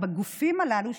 בגופים הללו,